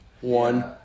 One